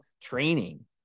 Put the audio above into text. training